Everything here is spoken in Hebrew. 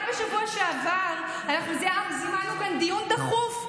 רק בשבוע שעבר זימנו כאן דיון דחוף,